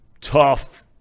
tough